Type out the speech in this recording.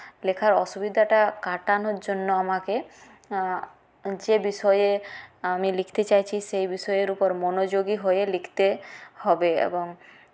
লেখার অসুবিধাটা কাটানোর জন্য আমাকে যে বিষয়ে আমি লিখতে চাইছি সে বিষয়ের উপর মনোযোগী হয়ে লিখতে হবে এবং